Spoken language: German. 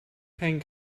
kein